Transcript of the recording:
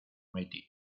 maitines